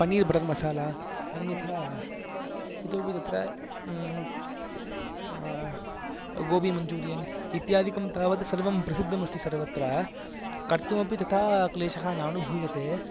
paneer butter masala अन्यथा इतोऽपि तत्र गोबि मञ्चूरियन् इत्यादिकं तावद् सर्वं प्रसिद्धमस्ति सर्वत्र कर्तुमपि तथा क्लेशः नानुभूयते